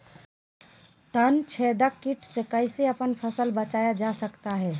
तनाछेदक किट से कैसे अपन फसल के बचाया जा सकता हैं?